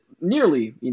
nearly –